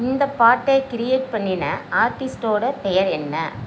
இந்த பாட்டை க்ரியேட் பண்ணின ஆர்ட்டிஸ்டோடய பெயர் என்ன